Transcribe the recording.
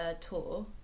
tour